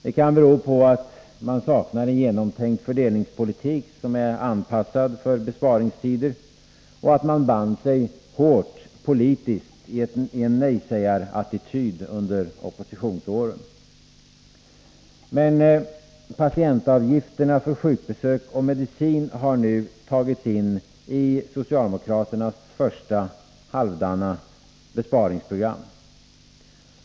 Det kan bero på att man saknar en genomtänkt fördelningspolitik som är anpassad till besparingstider och att man band sig hårt politiskt i en nejsägarattityd under oppositionsåren. Patientavgifterna för sjukbesök och medicin har nu tagits in i socialdemokraternas första, halvdana besparingsprogram.